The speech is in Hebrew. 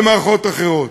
ומערכות אחרות.